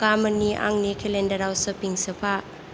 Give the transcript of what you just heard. गामोननि आंनि केलेन्डाराव सोपिं सोफा